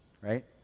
right